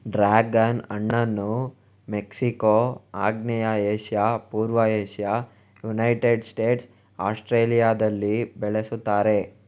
dragon ಹಣ್ಣನ್ನು Mexico, ಆಗ್ನೇಯ Asia, ಪೂರ್ವ ಏಷ್ಯಾ, ಯುನೈಟೆಡ್ ಸ್ಟೇಟ್ಸ್, ಆಸ್ಟ್ರೇಲಿಯಾದಲ್ಲಿ ಬೆಳೆಸುತ್ತಾರೆ